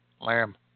Lamb